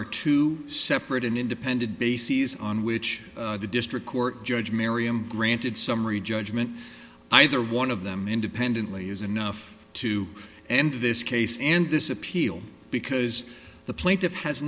are two separate and independent bases on which the district court judge merriam granted summary judgment either one of them independently is enough to end this case and this appeal because the plaintiff has